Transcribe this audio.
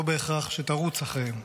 לא בהכרח שתרוץ אחריהם.